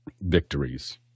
victories